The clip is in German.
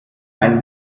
einen